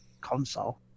console